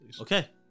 Okay